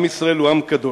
עם ישראל הוא עם קדוש.